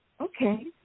Okay